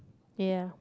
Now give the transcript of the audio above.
ya